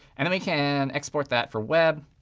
and then we can export that for web.